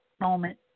moment